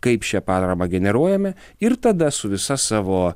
kaip šią paramą generuojame ir tada su visa savo